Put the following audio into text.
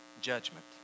judgment